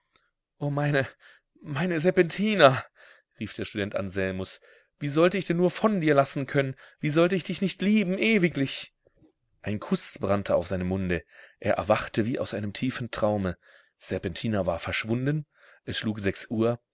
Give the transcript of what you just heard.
o meine meine serpentina rief der student anselmus wie sollte ich denn nur von dir lassen können wie sollte ich dich nicht lieben ewiglich ein kuß brannte auf seinem munde er erwachte wie aus einem tiefen traume serpentina war verschwunden es schlug sechs uhr